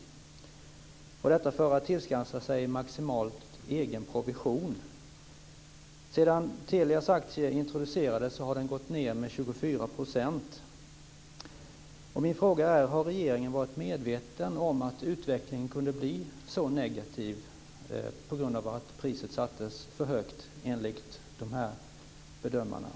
Detta ska de ha gjort för att tillskansa sig maximal egen provision. Sedan Telias aktie introducerades har denna gått ned med 24 %. Min fråga är: Har regeringen varit medveten om att utvecklingen kunde bli så negativ på grund av att priset, som de här bedömarna hävdar, sattes för högt?